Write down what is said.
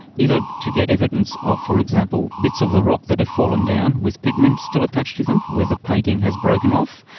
either to get evidence of, for example, bits of the rock that have fallen down with pigments still attached to them where the painting has broken off,